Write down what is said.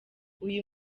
uyu